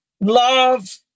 love